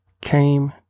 came